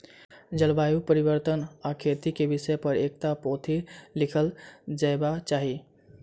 जलवायु परिवर्तन आ खेती के विषय पर एकटा पोथी लिखल जयबाक चाही